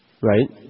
right